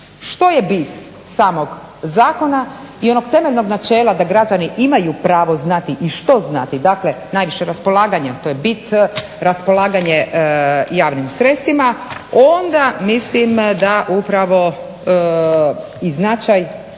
što je bit samog zakona i onog temeljnog načela da građani imaju pravo znati i što znati, dakle najviše raspolaganja. To je bit, raspolaganje javnim sredstvima onda mislim da upravo i značaj